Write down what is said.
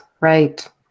right